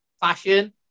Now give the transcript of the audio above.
fashion